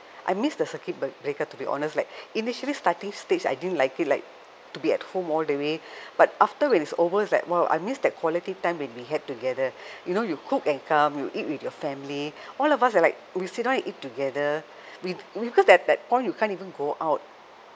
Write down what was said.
I miss the circuit breaker to be honest like initially starting stage I didn't like it like to be at home all the way but after when it's over it's like !wow! I miss that quality time when we had together you know you cook and come you eat with your family all of us are like we sit down and eat together we we because that that point you can't even go out